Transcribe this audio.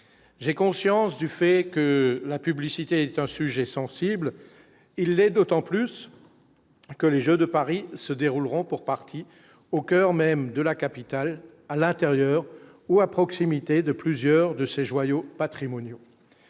j'ai conscience du fait que la publicité est un sujet sensible, il est d'autant plus que les Jeux de Paris se dérouleront pour partie au coeur même de la capitale à l'intérieur ou à proximité de plusieurs de ses joyaux patrimoniaux